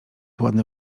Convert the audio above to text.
ładne